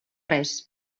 res